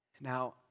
Now